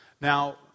Now